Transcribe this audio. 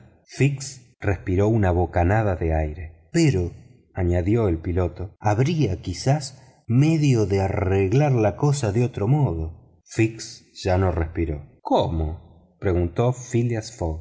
respiró una bocanada de aire pero añadió el piloto habría quizá medio de arreglar la cosa de otro modo fix ya no respiró cómo preguntó phileas